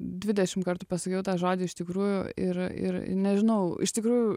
dvidešimt kartų pasakiau tą žodį iš tikrųjų ir ir ir nežinau iš tikrųjų